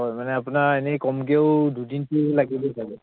হয় মানে আপোনাৰ এনেই কমকেও দুদিনটো লাগিব চাগ